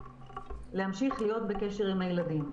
להמשיך להיות בקשר עם הילדים.